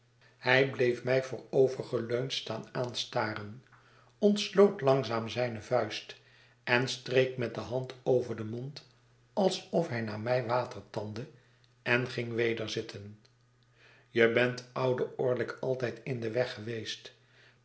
hij bleef mij voorovergeleund staan aanstaren ontstoot langzaam zijne vuist en streek met de hand over den mond alsof hij naar mij watertandde en ging weder zitten je bent ouden orlick altijd in den weg geweest